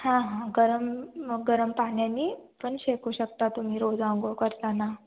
हां हां गरम मग गरम पाण्याने पण शेकू शकता तुम्ही रोज अंघोळ करताना